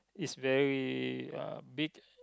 is very uh big